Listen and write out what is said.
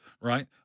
right